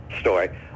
story